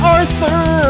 Arthur